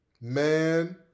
Man